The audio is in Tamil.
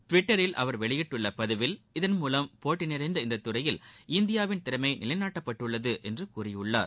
டுவிட்டரில் அவர் வெளியிட்டுள்ள பதிவில் இதன் மூலம் போட்டி நிறைந்த இந்த துறையில் இந்தியாவின் திறமை நிலைநாட்டப்பட்டுள்ளது என்று கூறியுள்ளார்